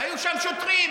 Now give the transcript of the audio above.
והיו שם שוטרים.